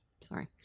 sorry